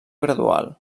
gradual